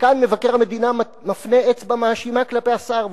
וכאן מבקר המדינה מפנה אצבע מאשימה כלפי השר,